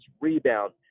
rebound